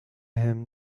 him